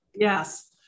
Yes